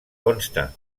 consta